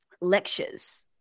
lectures